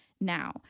now